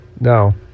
No